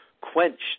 quenched